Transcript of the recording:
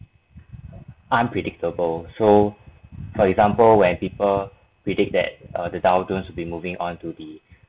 unpredictable so for example when people predict that err the dow jones will be moving on to the